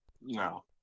No